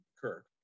Kirk